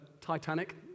Titanic